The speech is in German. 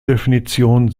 definition